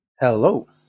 hello